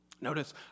Notice